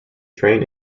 train